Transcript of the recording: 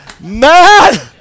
mad